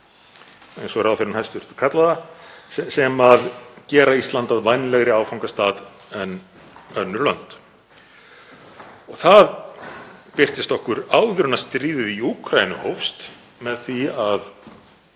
eins og ráðherrann kallar það, sem gera Ísland að vænlegri áfangastað en önnur lönd. Það birtist okkur áður en stríðið í Úkraínu hófst með því að